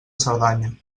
cerdanya